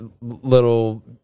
little